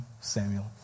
Samuel